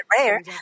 rare